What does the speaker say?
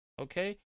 okay